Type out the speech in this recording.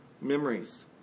memories